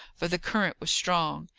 for the current was strong.